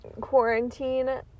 quarantine